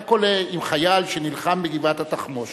מה קורה עם חייל שנלחם בגבעת-התחמושת,